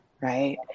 right